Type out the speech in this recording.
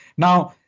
now,